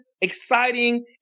exciting